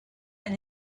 and